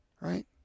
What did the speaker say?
Right